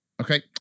Okay